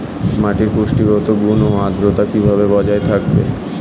মাটির পুষ্টিগত গুণ ও আদ্রতা কিভাবে বজায় থাকবে?